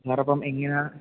sir appam എങ്ങനെയാണ്